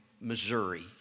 Missouri